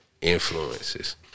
influences